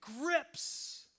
grips